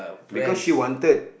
because she wanted